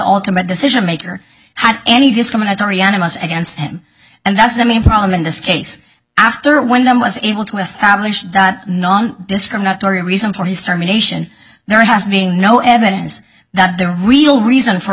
ultimate decision maker had any discriminatory animas against him and that's the main problem in this case after one of them was able to establish that non discriminatory reason for his termination there has been no evidence that the real reason for